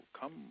come